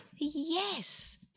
Yes